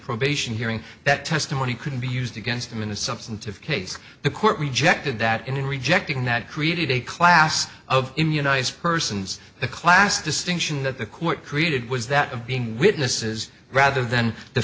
probation hearing that testimony couldn't be used against him in a substantive case the court rejected that and in rejecting that created a class of immunize persons the class distinction that the court created was that of being witnesses rather than